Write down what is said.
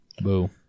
Boo